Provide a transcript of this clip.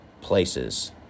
places